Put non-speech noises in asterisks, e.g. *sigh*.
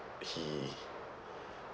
he *breath*